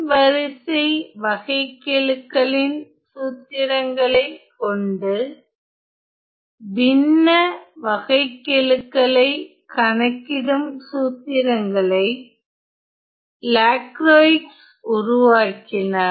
n வரிசை வகைக்கெழுக்களின் சூத்திரங்களை கொண்டு பின்ன வகைக்கெழுக்களை கணக்கிடும் சூத்திரங்களை லாக்ரோயிக்ஸ் உருவாக்கினார்